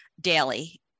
daily